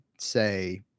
say